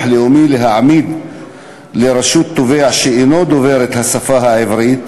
לאומי להעמיד לרשות תובע שאינו דובר את השפה העברית